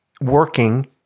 working